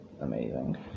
amazing